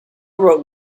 wrote